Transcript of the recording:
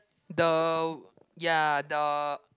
the ya the